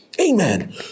Amen